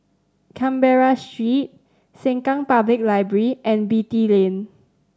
Canberra Street Sengkang Public Library and Beatty Lane